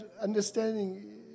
understanding